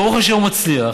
ברוך השם, מצליח.